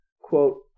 quote